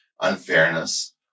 unfairness